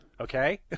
Okay